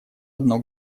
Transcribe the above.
одно